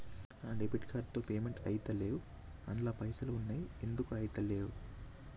నా debit card తో payment ఐతలేవ్ అండ్ల పైసల్ ఉన్నయి ఎందుకు ఐతలేవ్?